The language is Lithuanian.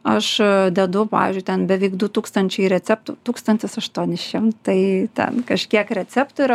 aš dedu pavyzdžiui ten beveik du tūkstančiai receptų tūkstantis aštuoni šimtai ten kažkiek receptų yra